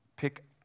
Pick